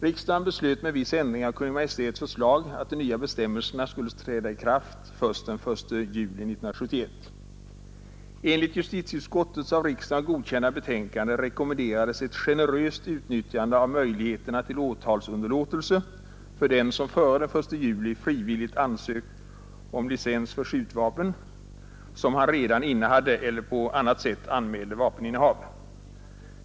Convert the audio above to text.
Riksdagen beslöt med viss ändring av Kungl. Maj:ts förslag att de nya bestämmelserna skulle träda i kraft först den 1 juli 1971. Enligt justitieutskottets av riksdagen godkända betänkande rekommenderades ett generöst utnyttjande av möjligheten till åtalsunderlåtelse för den som före den 1 juli frivilligt ansökte om licens för skjutvapen som han redan innehade eller på annat sätt anmälde vapeninnehav.